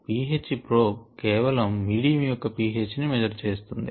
pH probe కేవలం medium యొక్క pH ని మేజర్ చేస్తుంది